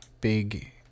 big